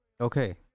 Okay